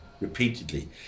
repeatedly